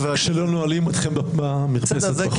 כשלא נועלים אתכם במרפסת בחוץ.